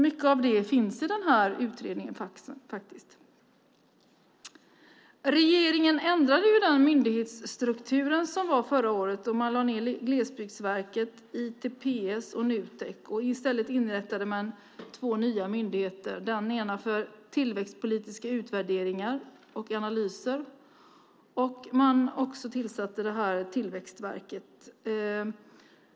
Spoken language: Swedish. Mycket av det finns faktiskt i den här utredningen. Regeringen ändrade förra året myndighetsstrukturen. Man lade ned Glesbygdsverket, ITPS och Nutek. I stället inrättade man två nya myndigheter, den ena för tillväxtpolitiska utvärderingar och analyser och den andra var Tillväxtverket.